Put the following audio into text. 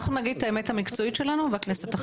אנחנו נגיד את האמת המקצועית שלנו והכנסת תחליט.